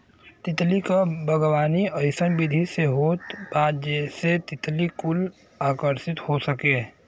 तितली क बागवानी अइसन विधि से होत बा जेसे तितली कुल आकर्षित हो सके